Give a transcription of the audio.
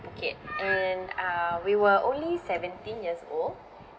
Phuket and uh we were only seventeen years old